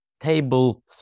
table